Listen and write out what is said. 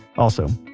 also,